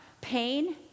Pain